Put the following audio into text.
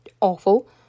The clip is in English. awful